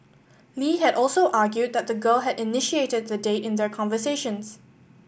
Lee had also argued that the girl had initiated the date in their conversations